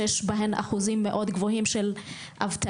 שיש בהן אחוזים מאוד גבוהים של אבטלה.